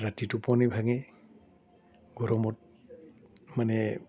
ৰাতি টোপনি ভাঙে গৰমত মানে